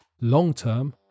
long-term